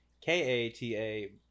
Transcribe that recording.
K-A-T-A